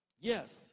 Yes